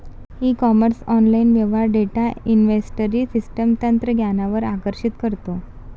E commerce online व्यवहार data inventory system तंत्रज्ञानावर आकर्षित करतो